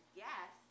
guess